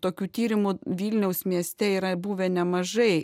tokių tyrimų vilniaus mieste yra buvę nemažai